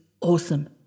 awesome